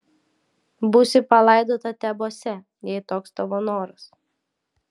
būsi palaidota tebuose jei toks tavo noras